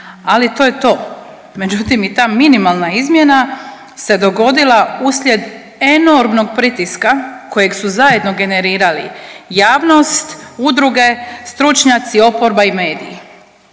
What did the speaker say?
ali to je to. Međutim, i ta minimalna izmjena se dogodila uslijed enormnog pritiska kojeg su zajedno generirali javnost, udruge, stručnjaci, oporba i mediji